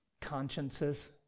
consciences